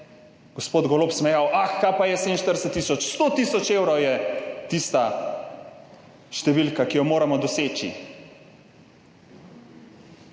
gospod Golob, smejal: »Ah, kaj pa je 47 tisoč? 100 tisoč je tista številka, ki jo moramo doseči!«.